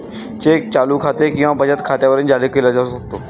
check चालू खाते किंवा बचत खात्यावर जारी केला जाऊ शकतो